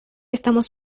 estamos